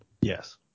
Yes